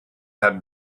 had